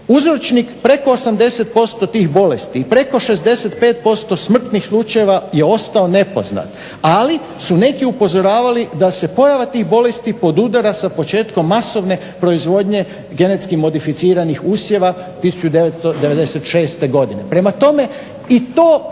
Uzročnik preko 80% tih bolesti i preko 65% smrtnih slučajeva je ostao nepoznat, ali su neki upozoravali da se pojava tih bolesti podudara sa početkom masovne proizvodnje GMO usjeva 1996. godine. Prema tome i to